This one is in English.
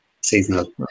seasonal